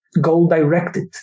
goal-directed